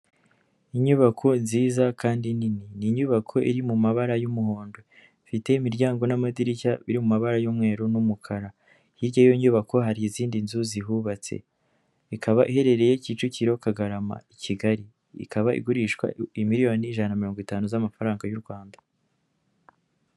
Inyubako nziza kandi nini, ni inyubako iri mu mabara y'umuhondo, ifite imiryango n'amadirishya biri mabara y'umweru n'umukara, Hirya y'iyo nyubako hari izindi nzu zihubatse, ikaba iherereye kicukiro kagarama i Kigali, ikaba igurishwa imiliyoni ijana na mirongo itanu z'amafaranga y'u Rwanda.